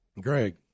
Greg